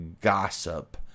gossip